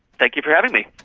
thank you for having me.